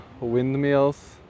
windmills